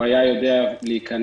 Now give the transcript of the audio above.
הוא היה יודע להיכנס,